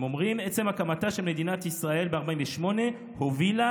הם אומרים: עצם הקמתה של מדינת ישראל ב-48' הובילה